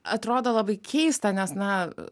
atrodo labai keista nes na